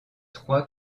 trois